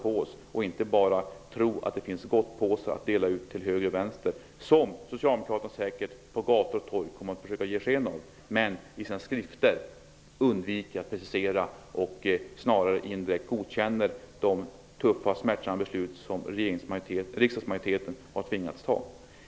Vi skall inte bara tro att det finns gottpåsar att dela ut till höger och vänster, som Socialdemokraterna säkert kommer att försöka ge sken av på gator och torg. Men i sina skrifter undviker de att precisera, och godkänner snarare indirekt de tuffa och smärtsamma beslut som riksdagsmajoriteten har tvingats fatta.